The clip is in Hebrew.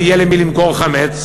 אם יהיה למי למכור חמץ,